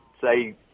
say